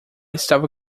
estava